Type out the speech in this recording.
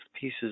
pieces